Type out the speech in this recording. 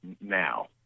now